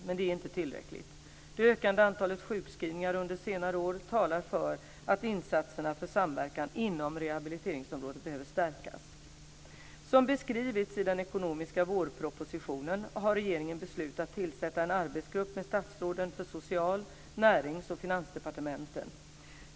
Men det är inte tillräckligt. Det ökade antalet sjukskrivningar under senare år talar för att insatserna för samverkan inom rehabiliteringsområdet behöver stärkas. Som beskrivits i den ekonomiska vårpropositionen har regeringen beslutat tillsätta en arbetsgrupp med statsråden för Social-, Närings och Finansdepartementen.